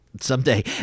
Someday